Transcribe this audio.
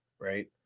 Right